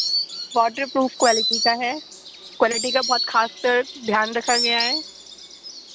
water proof quality کا ہے quality کا بہت خاص کر دھیان رکھا گیا ہے